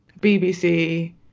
bbc